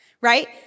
right